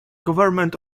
government